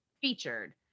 featured